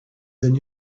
than